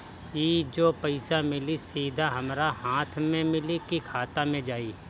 ई जो पइसा मिली सीधा हमरा हाथ में मिली कि खाता में जाई?